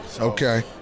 Okay